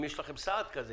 אם יש לכם סעד כזה,